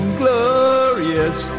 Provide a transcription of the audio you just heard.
glorious